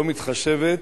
לא מתחשבת,